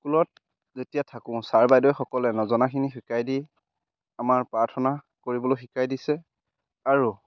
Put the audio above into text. স্কুলত যেতিয়া থাকোঁ ছাৰ বাইদেউসকলে নজনাখিনি শিকাই দি আমাৰ প্ৰাৰ্থনা কৰিবলৈ শিকাই দিছে আৰু